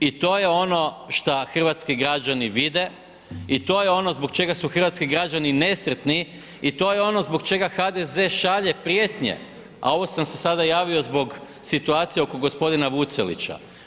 I to je ono što hrvatski građani vide i to je ono zbog čega su hrvatski građani nesretni i to je ono zbog čega HDZ šalje prijetnje, a ovo sam se sada javio zbog situacije oko gospodina Vucelića.